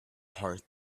heart